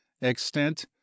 extent